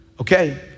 Okay